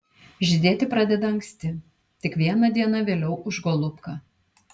žydėti pradeda anksti tik viena diena vėliau už golubką